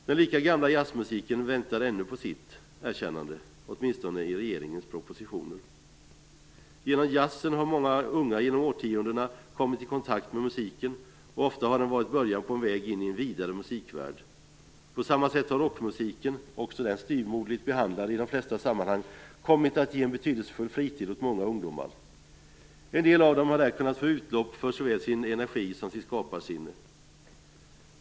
Den lika gamla jazzmusiken väntar ännu på sitt erkännande, åtminstone i regeringens propositioner. Genom jazzen har många unga genom årtionden kommit i kontakt med musiken, och ofta har den varit början på en väg in i en vidare musikvärld. På samma sätt har rockmusiken, också den styvmoderligt behandlad i de flesta sammanhang, kommit att ge många ungdomar en betydelsefull fritid. En del av dem har där kunnat få utlopp för såväl sin energi som sitt skaparsinne.